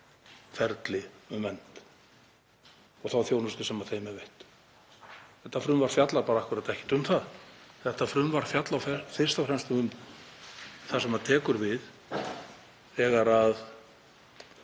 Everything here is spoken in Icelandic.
um vernd og þá þjónustu sem þeim er veitt. Þetta frumvarp fjallar bara akkúrat ekkert um það. Þetta frumvarp fjallar fyrst og fremst um það sem tekur við þegar sá